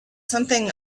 something